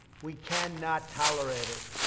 we cannot tolerate it.